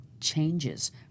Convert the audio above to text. changes